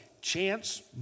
chance